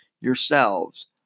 yourselves